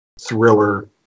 thriller